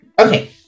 Okay